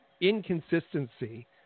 inconsistency